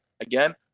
again